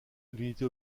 l’unité